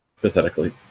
Pathetically